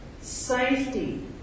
safety